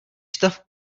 stav